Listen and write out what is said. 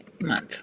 month